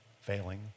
failing